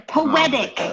Poetic